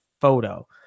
photo